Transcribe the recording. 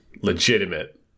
legitimate